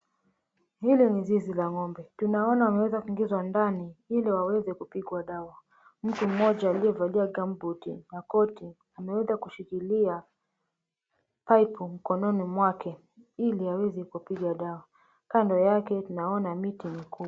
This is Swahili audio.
Hili ni zizi la ng'ombe. Tunaona wameweza kuingizwa ndani ili waweze kupigwa dawa. Mtu mmoja aliyevaa gambuti na koti ameweza kushikilia paipu mkononi mwake ili aweze kupiga dawa. Kando yake tunaona miti mikubwa.